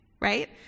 right